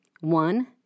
One